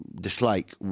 dislike